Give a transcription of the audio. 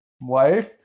wife